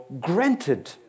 granted